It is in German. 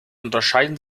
unterscheiden